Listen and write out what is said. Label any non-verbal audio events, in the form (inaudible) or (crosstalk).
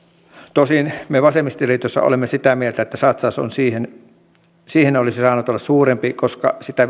tosin me vasemmistoliitossa olemme sitä mieltä että satsaus siihen siihen olisi saanut olla suurempi koska sitä (unintelligible)